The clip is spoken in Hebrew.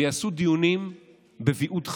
ויעשו דיונים בוויעוד חזותי.